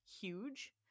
huge